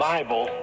Bible